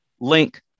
link